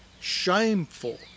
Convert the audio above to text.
shameful